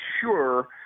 sure